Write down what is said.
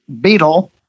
Beetle